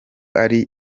ari